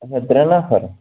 اَچھا ترٛےٚ نَفر